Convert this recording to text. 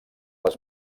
les